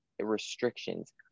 restrictions